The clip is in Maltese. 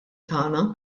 tagħna